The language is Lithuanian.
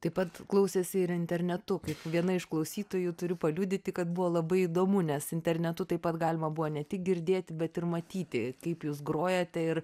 taip pat klausėsi ir internetu kaip viena iš klausytojų turiu paliudyti kad buvo labai įdomu nes internetu taip pat galima buvo ne tik girdėti bet ir matyti kaip jūs grojate ir